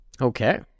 okay